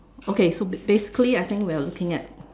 okay so ba~ basically I think we're looking at